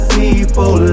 people